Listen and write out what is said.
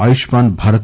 Ayushman Bharat